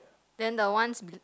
then the ones